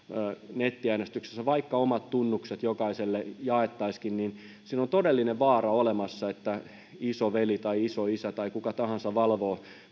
nettiäänestyksessä vaikka omat tunnukset jokaiselle jaettaisiinkin niin siinä on todellinen vaara olemassa että isoveli tai isoisä tai kuka tahansa valvoo